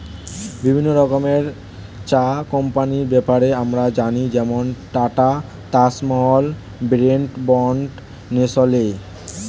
বিভিন্ন রকমের চা কোম্পানির ব্যাপারে আমরা জানি যেমন Tata, Taj Mahal, Brooke Bond, Nestle